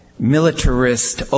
militarist